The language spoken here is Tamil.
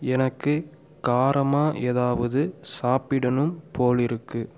எனக்கு காரமாக ஏதாவது சாப்பிடணும் போல் இருக்குது